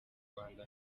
rwanda